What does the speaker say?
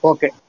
Okay